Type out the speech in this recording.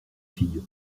fille